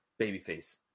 babyface